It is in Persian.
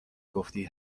گفتی